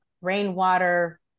rainwater